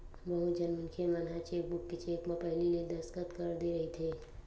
बहुत झन मनखे मन ह चेकबूक के चेक म पहिली ले दस्कत कर दे रहिथे